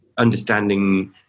understanding